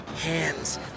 hands